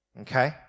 Okay